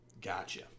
Gotcha